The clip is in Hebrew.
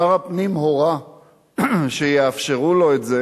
שר הפנים הורה שיאפשרו לו את זה